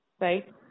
right